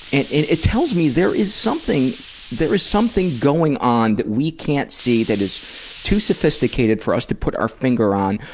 and it tells me there is there is something going on that we can't see that is too sophisticated for us to put our finger on,